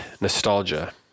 nostalgia